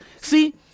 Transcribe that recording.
See